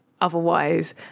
otherwise